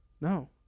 No